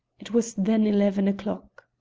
it was then eleven o'clock.